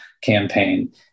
campaign